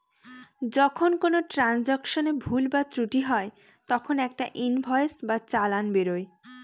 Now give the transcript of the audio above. যখন কোনো ট্রান্সাকশনে ভুল বা ত্রুটি হয় তখন একটা ইনভয়েস বা চালান বেরোয়